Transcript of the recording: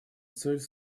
цель